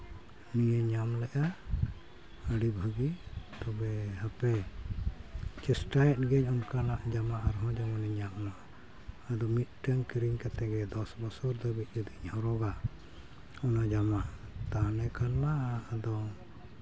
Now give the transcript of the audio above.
ᱱᱤᱭᱟᱹᱧ ᱧᱟᱢ ᱞᱮᱜᱼᱟ ᱟᱹᱰᱤ ᱵᱷᱟᱹᱜᱤ ᱛᱚᱵᱮ ᱦᱟᱯᱮ ᱪᱮᱥᱴᱟᱭᱮᱫ ᱜᱤᱭᱟᱹᱧ ᱚᱱᱠᱟᱱᱟᱜ ᱡᱟᱢᱟ ᱟᱨ ᱦᱚᱸ ᱡᱮᱢᱚᱱ ᱤᱧ ᱧᱟᱢᱢᱟ ᱟᱫᱚ ᱢᱤᱫᱴᱮᱱ ᱠᱤᱨᱤᱧ ᱠᱟᱛᱮ ᱜᱮ ᱫᱚᱥ ᱵᱚᱪᱷᱚᱨ ᱫᱷᱟᱹᱵᱤᱡ ᱡᱩᱫᱤᱧ ᱦᱚᱨᱚᱜᱟ ᱚᱱᱟ ᱡᱟᱢᱟ ᱛᱟᱦᱚᱞᱮ ᱠᱷᱟᱱᱢᱟ ᱟᱫᱚ